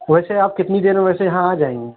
ویسے آپ کتنی دیر میں ویسے یہاں آ جائیں گے